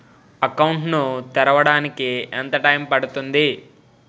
Account ను తెరవడానికి ఎంత టైమ్ పడుతుంది?